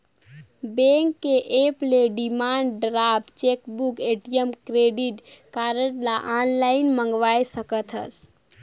bank के app ले demand draft, chequebook, ATM, credit card ल आनलाइन मंगवाये सकथस